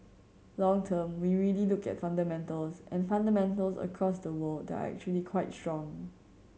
long term we really look at fundamentals and fundamentals across the world are actually quite strong